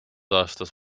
aastas